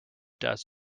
does